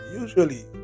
Usually